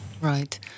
Right